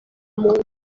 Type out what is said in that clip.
muntu